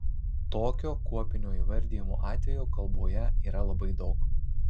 tokio kuopinio įvardijimo atvejų kalboje yra labai daug